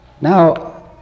Now